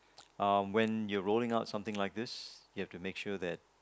um when you rolling out something like this you have to make sure that